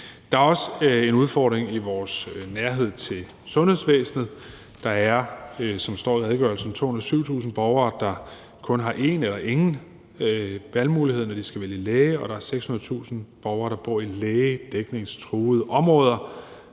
Der er også en udfordring i forhold til vores nærhed til sundhedsvæsenet. Der er, som der står i redegørelsen, 107.000 borgere, der kun har én eller ingen valgmulighed, når de skal vælge læge, og der er 600.000 borgere, der bor i lægedækningstruede områder.